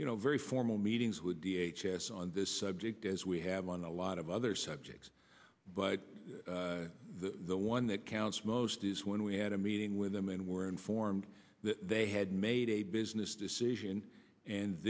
you know very formal meetings with the h s on this subject as we have on a lot of other subjects but the one that counts most is when we had a meeting with them and were informed that they had made a business decision and